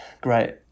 great